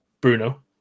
Bruno